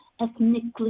ethnically